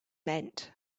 meant